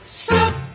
stop